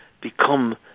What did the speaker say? become